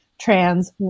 trans